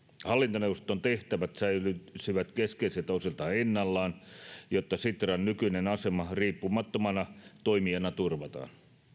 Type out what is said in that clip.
hallintoneuvoston tehtävät säilyisivät keskeisiltä osiltaan ennallaan jotta sitran nykyinen asema riippumattomana toimijana turvataan